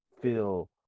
feel